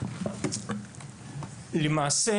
למעשה,